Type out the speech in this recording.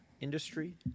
industry